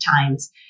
times